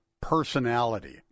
personality